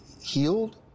healed